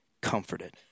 comforted